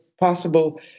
possible